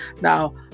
now